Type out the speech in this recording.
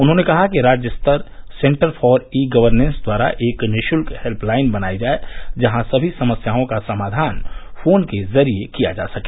उन्होंने कहा कि राज्य स्तर सेन्टर फॉर ई गर्वनेस द्वारा एक निशुल्क हेल्प लाइन बनाई जाये जहां समी समस्याओं का समाधान फोन के जरिये किया जा सके